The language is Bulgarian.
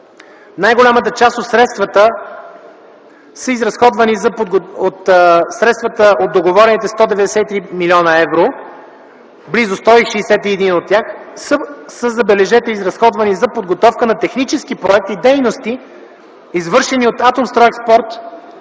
Най-голямата част от средствата от договорените 193 млн. евро, близо 161 от тях, забележете, са изразходвани за подготовка на технически проект и дейности, извършени от „Атомстройекспорт”